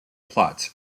plots